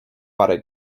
parę